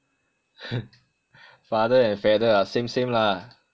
father and feather ah same same lah